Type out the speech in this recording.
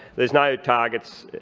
there's no targets